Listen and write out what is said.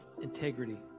integrity